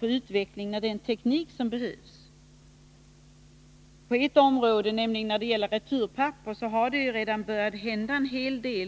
på utvecklingen av den teknik som behövs. På ett område, nämligen när det gäller returpapper, har det ju redan börjat hända en hel del.